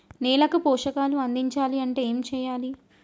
నేలకు పోషకాలు అందించాలి అంటే ఏం చెయ్యాలి?